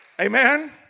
Amen